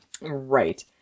Right